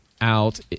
out